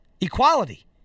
equality